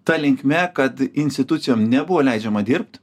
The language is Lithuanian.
ta linkme kad institucijom nebuvo leidžiama dirbt